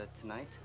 tonight